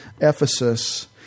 Ephesus